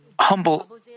humble